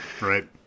right